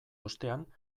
ostean